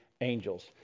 angels